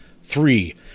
three